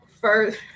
first